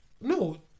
no